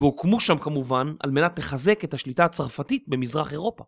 והוקמו שם כמובן על מנת לחזק את השליטה הצרפתית במזרח אירופה.